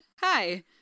hi